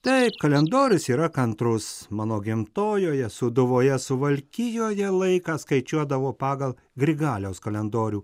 taip kalendorius yra kantrus mano gimtojoje sūduvoje suvalkijoje laiką skaičiuodavo pagal grigaliaus kalendorių